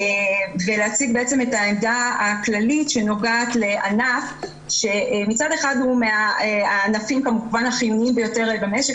ולהציג את העמדה הכללית שנוגעת לענף שהוא מהענפים החיוניים ביותר במשק.